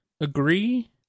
agree